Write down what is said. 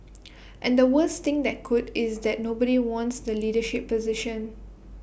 and the worst thing that could is that nobody wants the leadership position